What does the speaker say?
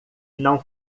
não